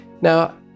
Now